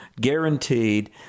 guaranteed